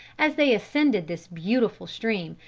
as they ascended this beautiful stream,